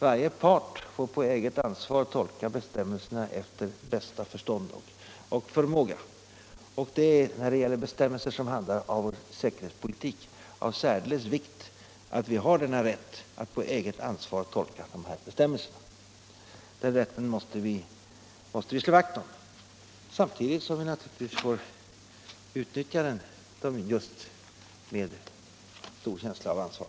Varje part får på eget ansvar tolka bestämmelserna efter bästa förstånd och förmåga. När det gäller vår säkerhetspolitik är det av särdeles stor vikt att vi har denna rätt att på eget ansvar tolka bestämmelserna. Den rätten måste vi slå vakt om, samtidigt som vi naturligtvis får utnyttja den med en känsla av stort ansvar.